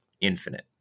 infinite